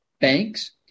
banks